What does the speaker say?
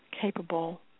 capable